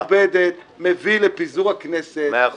אז היית בצורה מכובדת מביא לפיזור הכנסת -- מאה אחוז.